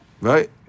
right